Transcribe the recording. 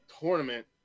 tournament